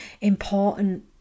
important